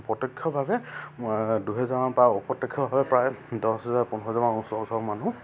প্ৰত্যক্ষভাৱে দুহেজাৰ বা প্ৰত্যক্ষভাৱে প্ৰায় দহ হেজাৰ পোন্ধৰ হাজাৰমান ওচৰ ওচৰৰ মানুহ